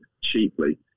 cheaply